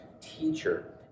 teacher